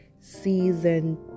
season